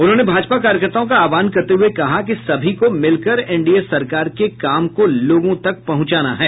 उन्होंने भाजपा कार्यकर्ताओं का आहवान करते हये कहा कि सभी को मिलकर एनडीए सरकार के काम को लोगों तक पहुंचाना है